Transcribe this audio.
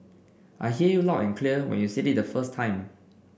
I heard you loud and clear when you said it the first time